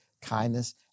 kindness